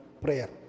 prayer